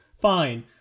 Fine